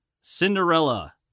Cinderella